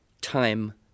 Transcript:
time